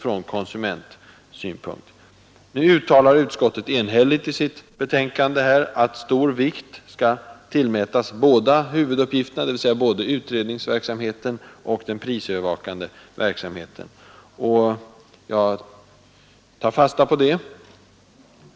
I sitt betänkande uttalar utskottet enhälligt att stor vikt skall tillmätas båda uppgifterna, dvs. både utredningarna och den prisövervakande verksamheten. Jag tar fasta på detta.